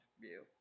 view